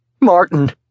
Martin